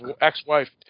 ex-wife